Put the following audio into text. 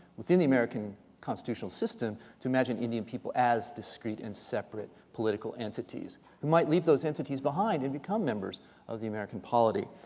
within the american constitutional system to imagine indian people as discrete and separate political entities who might leave those entities behind and become members of the american polity.